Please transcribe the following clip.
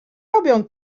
robią